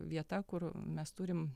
vieta kur mes turim